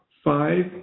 Five